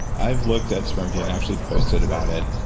i've looked at spermidine, actually posted about it,